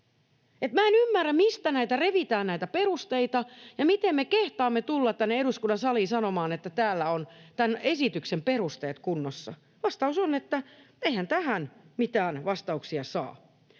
en ymmärrä, mistä revitään näitä perusteita ja miten me kehtaamme tulla tänne eduskunnan saliin sanomaan, että täällä on tämän esityksen perusteet kunnossa. Vastaus on, että eihän tähän mitään vastauksia saa.